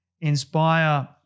inspire